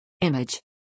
Image